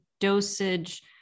dosage